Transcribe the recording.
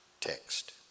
text